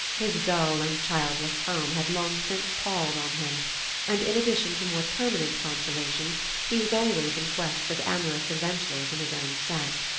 his dull and childless home had long since palled on him and in addition to more permanent consolations he was always in quest of amorous adventures in his own set.